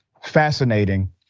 fascinating